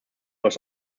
aus